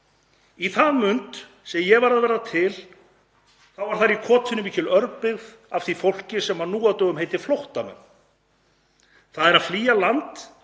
„Í það mund sem ég var að verða til, þá var þar í kotinu mikil örtröð af því fólki sem nú á dögum heitir flóttamenn; það er að flýa land;